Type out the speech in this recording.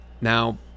Now